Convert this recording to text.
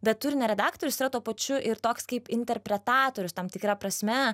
bet turinio redaktorius yra tuo pačiu ir toks kaip interpretatorius tam tikra prasme